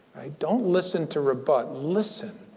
don't listen to rebut. listen,